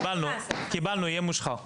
יהיה מושחר.